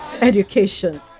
Education